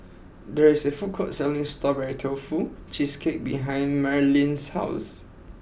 there is a food court selling Strawberry Tofu Cheesecake behind Marleen's house